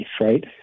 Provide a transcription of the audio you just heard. Right